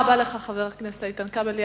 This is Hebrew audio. תודה רבה לך, חבר הכנסת איתן כבל.